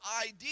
idea